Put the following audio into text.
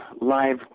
live